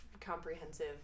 comprehensive